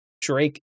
Drake